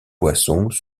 boissons